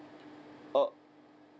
err